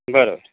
बरं